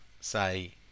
say